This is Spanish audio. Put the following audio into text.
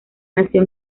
nació